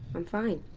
i'm fine.